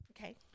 Okay